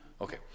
okay